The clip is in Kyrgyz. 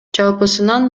жалпысынан